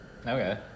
okay